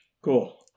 Cool